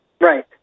Right